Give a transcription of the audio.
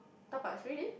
tapas really